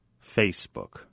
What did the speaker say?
Facebook